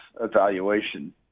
evaluation